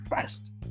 first